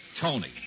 Tony